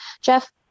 Jeff